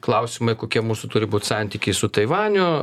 klausimai kokie mūsų turi būt santykiai su taivaniu